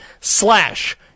slash